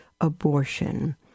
abortion